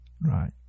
right